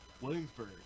Williamsburg